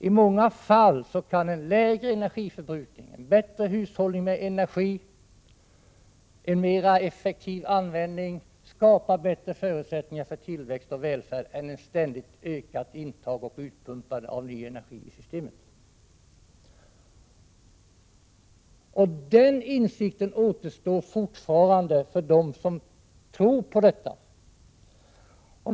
I vissa fall kan en lägre energiförbrukning, en bättre hushållning med energi och en mera effektiv användning skapa bättre förutsättningar för tillväxt och välfärd än ett ständigt ökande uttag och inpumpande av ny energi i systemet. Den insikten återstår fortfarande för dem som tror på den där automatiken.